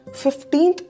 15